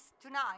tonight